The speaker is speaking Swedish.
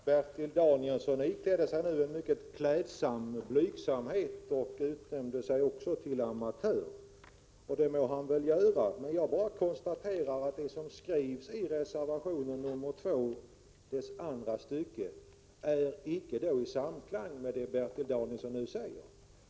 Herr talman! Nu gav Bertil Danielsson prov på en mycket klädsam blygsamhet. Han utnämnde sig till amatör, och det må han väl göra. Jag konstaterar bara att vad som skrivs i reservation 2, andra stycket, icke står i samklang med vad Bertil Danielsson nu sagt.